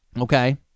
Okay